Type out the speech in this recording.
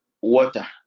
water